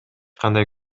кандай